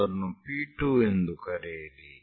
ಅದನ್ನು P2 ಎಂದು ಕರೆಯಿರಿ